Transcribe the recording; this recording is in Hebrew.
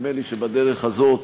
נדמה לי שבדרך הזאת